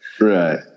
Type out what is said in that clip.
Right